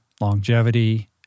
longevity